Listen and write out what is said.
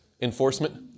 enforcement